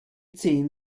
zehn